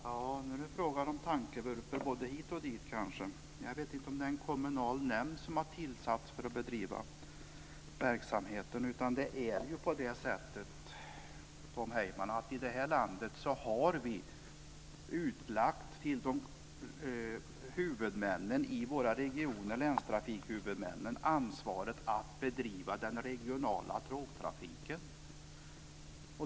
Fru talman! Nu är det fråga om tankevurpor både hit och dit, kanske. Jag vet inte om det är en kommunal nämnd som har tillsatts för att bedriva verksamheten. I det här landet, Tom Heyman, har vi utlagt ansvaret till länstrafikhuvudmännen i våra regioner att bedriva den regionala tågtrafiken.